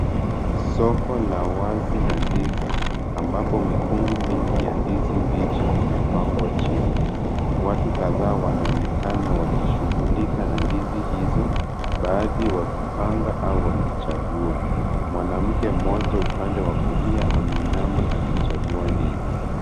Soko la wazi la ndizi ambapo mikungu mingi ya ndizi mbichi imepangwa chini. Watu kadhaa wanaonekana wakishughulika na ndizi hizo, baadhi wakipanga au wakichagua. Mwanamke mmoja upande wa kulia ameinama akichagua ndizi.